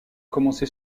commencé